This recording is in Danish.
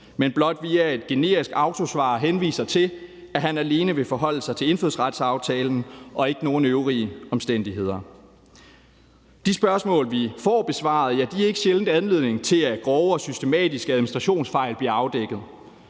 men blot via et generisk autosvar henviser til, at han alene vil forholde sig til indfødsretsaftalen og ikke nogen øvrige omstændigheder. De spørgsmål, vi får besvaret, er ikke sjældent anledning til, at grove og systematiske administrationsfejl bliver afdækket.